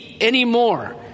anymore